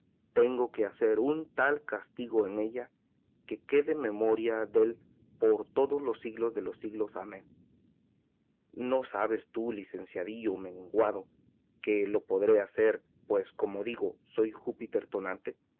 tengo de hacer un tal castigo en ella que quede memoria dél por todos los siglos del los siglos amén no sabes tú licenciadillo menguado que lo podré hacer pues como digo soy júpiter tonante